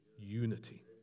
unity